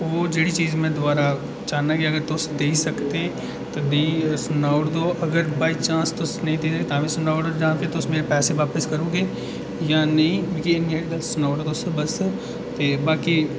ओह् जेह्ड़ी चीज में दोबारा चाह्ना के अगर तुस देई सको ते सुनो अगर बाइचांस तुस नेईं देई तुस तां बी सनाओ तुस मेरे पैसै बापस करी ओड़गे जां नेईं मि सनाई ओड़ो तुस बस ते बाकी